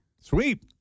Sweet